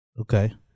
Okay